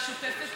משותפת,